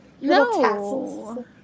No